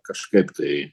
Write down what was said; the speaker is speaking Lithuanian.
kažkaip tai